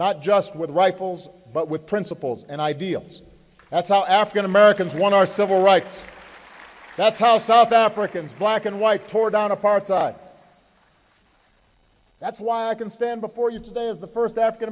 not just with rifles but with principles and ideals that's how african americans won our civil rights that's how south africans black and white tore down apartheid that's why i can stand before you today as the first african